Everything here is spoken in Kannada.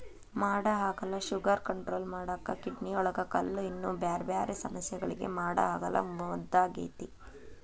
ಮಾಡಹಾಗಲ ಶುಗರ್ ಕಂಟ್ರೋಲ್ ಮಾಡಾಕ, ಕಿಡ್ನಿಯೊಳಗ ಕಲ್ಲು, ಇನ್ನೂ ಬ್ಯಾರ್ಬ್ಯಾರೇ ಸಮಸ್ಯಗಳಿಗೆ ಮಾಡಹಾಗಲ ಮದ್ದಾಗೇತಿ